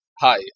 Hi